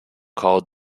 called